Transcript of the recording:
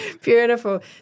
beautiful